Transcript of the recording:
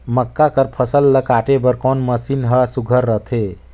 मक्का कर फसल ला काटे बर कोन मशीन ह सुघ्घर रथे?